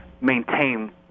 maintain